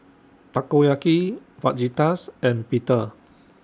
Takoyaki Fajitas and Pita